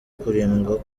kurindwa